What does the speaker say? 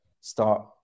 start